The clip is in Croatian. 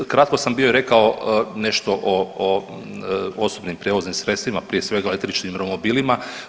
Kratko sam bio rekao nešto o osobnim prijevoznim sredstvima prije svega o električnim romobilima.